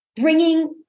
bringing